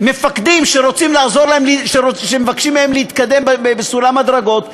מפקדים שמבקשים מהם להתקדם בסולם הדרגות,